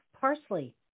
parsley